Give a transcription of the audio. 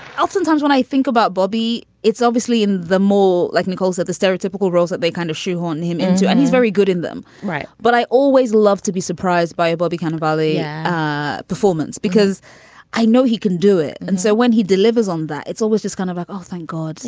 sometimes when i think about bobby it's obviously in the more like nichols of the stereotypical roles that they kind of shoehorn him into and he's very good in them right. but i always love to be surprised by bobby kind of barley performance because i know he can do it. and so when he delivers on that it's always just gonna be oh thank god.